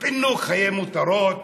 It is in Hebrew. חיי מותרות,